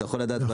אתה יכול לדעת?